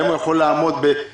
האם הוא יכול לעמוד בבידוד.